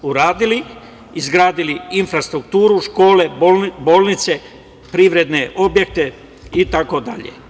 Izgradili infrastrukturu, škole, bolnice, privredne objekte itd.